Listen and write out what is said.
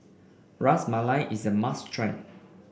Ras Malai is a must try